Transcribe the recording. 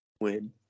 Win